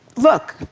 look,